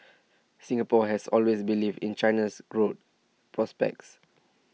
Singapore has always believed in China's growth prospects